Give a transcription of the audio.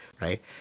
Right